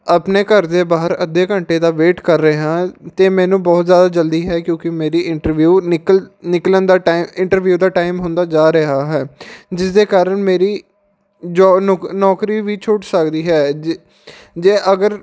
ਆਪਣੇ ਘਰ ਦੇ ਬਾਹਰ ਅੱਧੇ ਘੰਟੇ ਦਾ ਵੇਟ ਕਰ ਰਿਹਾ ਹਾਂ ਅਤੇ ਮੈਨੂੰ ਬਹੁਤ ਜ਼ਿਆਦਾ ਜਲਦੀ ਹੈ ਕਿਉਂਕਿ ਮੇਰੀ ਇੰਟਰਵਿਊ ਨਿਕਲ ਨਿਕਲਣ ਦਾ ਟਾਈਮ ਇੰਟਰਵਿਊ ਦਾ ਟਾਈਮ ਹੁੰਦਾ ਜਾ ਰਿਹਾ ਹੈ ਜਿਸ ਦੇ ਕਾਰਨ ਮੇਰੀ ਜੋ ਨੋਕ ਨੌਕਰੀ ਵੀ ਛੁੱਟ ਸਕਦੀ ਹੈ ਜੇ ਜੇ ਅਗਰ